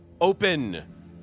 open